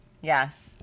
Yes